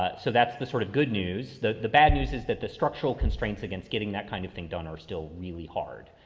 ah so that's the sort of good news. the the bad news is that the structural constraints against getting that kind of thing done or still really hard.